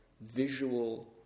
Visual